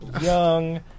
young